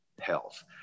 health